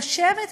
לשבת כאן,